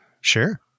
Sure